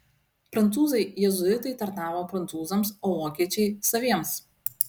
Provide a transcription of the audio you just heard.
prancūzai jėzuitai tarnavo prancūzams o vokiečiai saviems